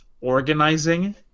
organizing